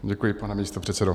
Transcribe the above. Děkuji, pane místopředsedo.